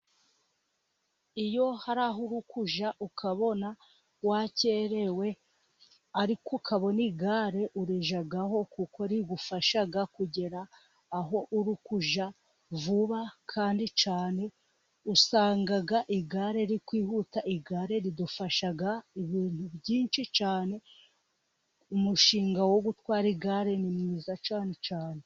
Iyo hari aho uri kujya ukabona wakerewe, ariko ukabona igare urijyaho kuko rigufasha kugera aho uri kujya vuba kandi cyane, usanga igare riri kwihuta, igare ridufasha ibintu byinshi cyane, umushinga wo gutwara igare ni mwiza cyane cyane.